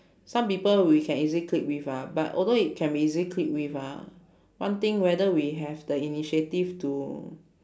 some people we can easily click with ah but although it can be easily click with ah one thing whether we have the initiative to